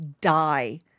die